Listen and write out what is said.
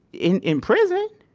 in in prison!